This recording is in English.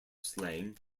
slang